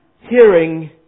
hearing